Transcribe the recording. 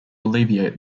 alleviate